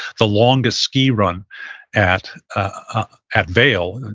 the longest ski run at ah at vale,